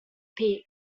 peak